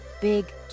big